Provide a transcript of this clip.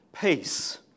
peace